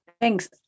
Thanks